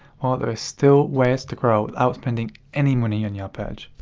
well, still ways to grow, without spending any money on your page.